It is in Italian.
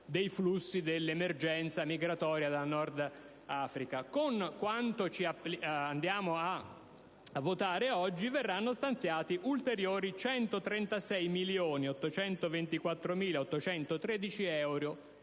dei flussi dell'emergenza migratoria dal Nord Africa. Con quanto andiamo a votare oggi, verranno stanziati ulteriori 16.824.813 euro